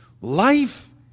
Life